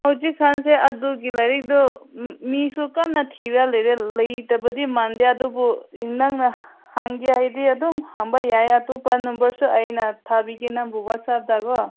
ꯍꯧꯖꯤꯛ ꯀꯥꯟꯁꯦ ꯑꯗꯨꯒꯤ ꯂꯥꯏꯔꯤꯛꯇꯣ ꯃꯤꯁꯨ ꯀꯟꯅ ꯊꯤꯔꯒ ꯂꯩꯔꯦ ꯂꯩꯇꯕꯗꯤ ꯃꯥꯟꯗꯦ ꯑꯗꯨꯕꯨ ꯅꯪꯅ ꯍꯪꯒꯦ ꯍꯥꯏꯔꯗꯤ ꯑꯗꯨꯝ ꯍꯪꯕ ꯌꯥꯏ ꯑꯇꯣꯞꯄ ꯅꯝꯕꯔꯁꯨ ꯑꯩꯅ ꯊꯥꯕꯤꯒꯦ ꯅꯪꯕꯨ ꯋꯥꯠꯆꯞꯇ ꯀꯣ